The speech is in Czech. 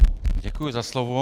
Děkuji za slovo.